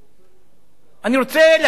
אני רוצה להזכיר בפניכם